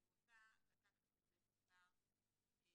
אני בטוחה שגם ההורים וגם המשרדים רוצים את אותו הדבר והוא טובת הילד.